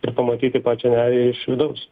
ir pamatyti pačią nerį iš vidaus